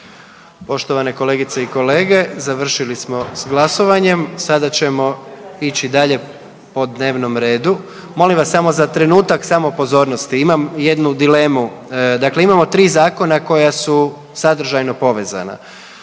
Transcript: Poštovane kolegice i kolege završili smo s glasovanjem, sada ćemo ići dalje po dnevnom redu. Molim vas samo za trenutak samo pozornosti. Imam jednu dilemu, dakle imamo 3 zakona koja su sadržajno povezana.